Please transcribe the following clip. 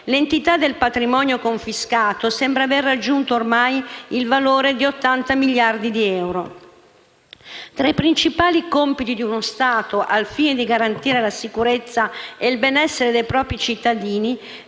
L'entità del patrimonio confiscato sembra avere raggiunto ormai il valore di 80 miliardi di euro. Tra i principali compiti di uno Stato, al fine di garantire la sicurezza e il benessere dei propri cittadini,